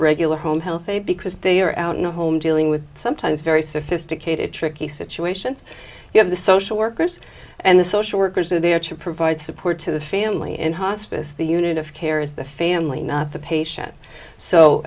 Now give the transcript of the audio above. regular home healthy because they are out in the home dealing with sometimes very sophisticated tricky situations you have the social workers and the social workers are there to provide support to the family in hospice the unit of care is the family not the patient so